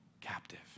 captive